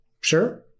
Sure